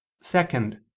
Second